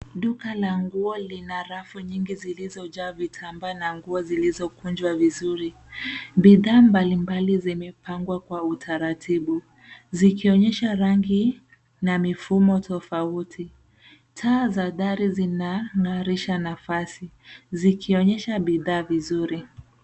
Duka la nguo lina rafu nyingi zilizojaa vitambaa na nguo zilizokunjwa vizuri. Bidhaa mbalimbali zimepangwa kwa utaratibu zikionyesha rangi na mifumo tofauti. Taa za dari zinang'arisha nafasi zikionyesha bidhaa vizuri.